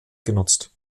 genutzt